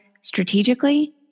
strategically